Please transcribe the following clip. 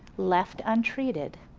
left untreated,